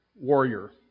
warrior